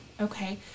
Okay